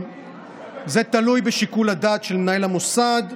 זה תלוי בשיקול הדעת של מנהל המוסד,